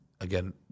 again